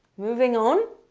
moving on.